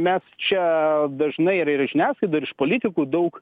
mes čia dažnai ir ir žiniasklaidoj ir iš politikų daug